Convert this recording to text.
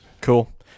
Cool